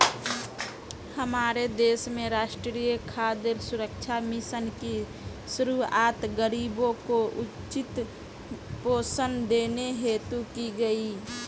हमारे देश में राष्ट्रीय खाद्य सुरक्षा मिशन की शुरुआत गरीबों को उचित पोषण देने हेतु की गई